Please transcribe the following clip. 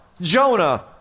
Jonah